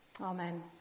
Amen